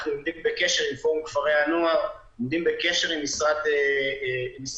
אנחנו עומדים בקשר עם פורום כפרי הנוער ועם משרד החינוך.